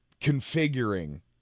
configuring